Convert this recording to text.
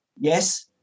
Yes